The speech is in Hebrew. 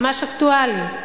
ממש אקטואלי,